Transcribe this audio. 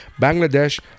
Bangladesh